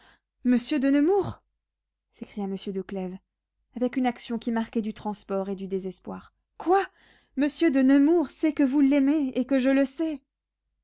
monsieur de nemours monsieur de nemours s'écria monsieur de clèves avec une action qui marquait du transport et du désespoir quoi monsieur de nemours sait que vous l'aimez et que je le sais